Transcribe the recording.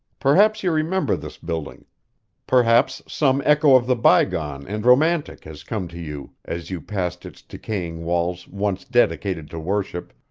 perhaps you remember this building perhaps some echo of the bygone and romantic has come to you as you passed its decaying walls once dedicated to worship,